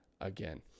again